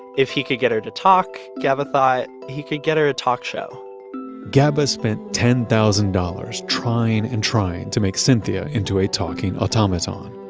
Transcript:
if he could get her to talk, gaba thought, he could get her a talk show gaba spent ten thousand dollars trying and trying to make cynthia into a talking automaton.